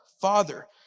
Father